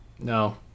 no